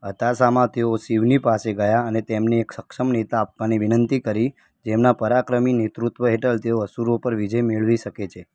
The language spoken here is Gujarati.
હતાશામાં તેઓ શિવની પાસે ગયા અને તેમને એક સક્ષમ નેતા આપવાની વિનંતી કરી જેમના પરાક્રમી નેતૃત્ત્વ હેઠળ તેઓ અસુરો પર વિજય મેળવી શકે છે